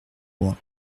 loin